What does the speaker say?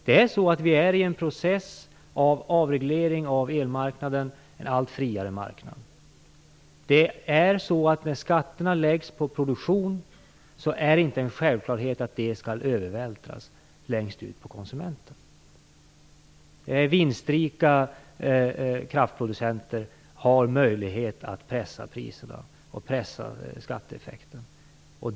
Vi är inne i en process av avreglering av elmarknaden och en allt friare marknad. När skatterna läggs på produktion är det inte en självklarhet att de skall övervältras ytterst på konsumenten. Vinstrika kraftproducenter har möjlighet att pressa priserna och skatteeffekten.